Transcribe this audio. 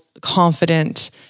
confident